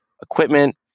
equipment